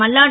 Malladi